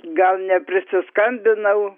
gal neprisiskambinau